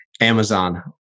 Amazon